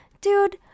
Dude